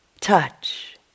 touch